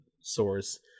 source